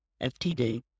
FTD